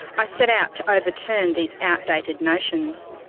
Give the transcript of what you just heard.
i set out to overturn these outdated notions.